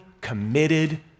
committed